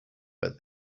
but